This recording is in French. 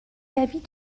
l’avis